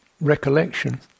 recollection